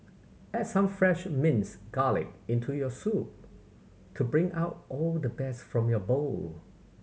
add some fresh minced garlic into your soup to bring out all the best from your bowl